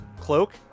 cloak